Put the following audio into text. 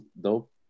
dope